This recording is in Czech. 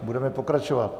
Budeme pokračovat.